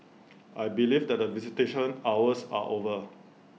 I believe that the visitation hours are over